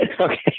Okay